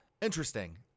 Interesting